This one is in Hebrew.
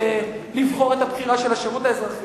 לבחור את הבחירה של השירות האזרחי,